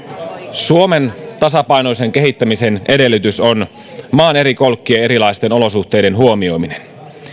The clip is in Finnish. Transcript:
suomen tasapainoisen kehittämisen edellytys on maan eri kolkkien erilaisten olosuhteiden huomioiminen